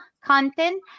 content